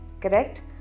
correct